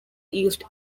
east